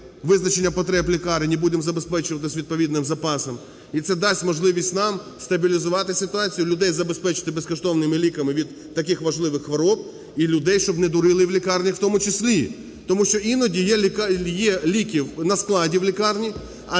визначення потреб лікарень і будемо забезпечуватись відповідним запасом і це дасть можливість нам стабілізувати ситуацію, людей забезпечити безкоштовними ліками від таких важливих хвороб і людей, щоб не дурили в лікарнях в тому числі, тому що іноді є ліки на складі